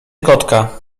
kotka